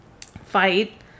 fight